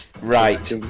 Right